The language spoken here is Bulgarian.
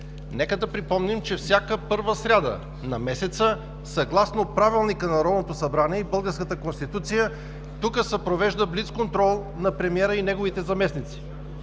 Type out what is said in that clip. Нека да припомним, че всяка първа сряда на месеца, съгласно Правилника на Народното събрание и българската Конституция, тук се провежда блицконтрол на премиера и неговите заместници.